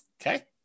Okay